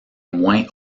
moins